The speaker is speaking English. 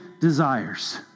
desires